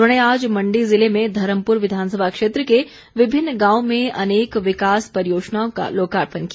उन्होंने आज मण्डी जिले में धर्मपुर विधानसभा क्षेत्र के विभिन्न गांवों में अनेक विकास परियोजनाओं का लोकार्पण किया